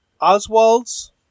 Oswald's